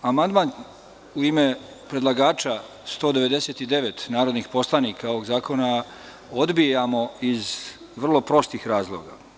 Amandman u ime predlagača, 199 narodnih poslanika, ovog zakona odbijamo iz vrlo prostih razloga.